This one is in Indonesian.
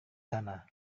sana